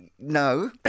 No